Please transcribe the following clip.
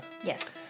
Yes